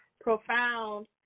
profound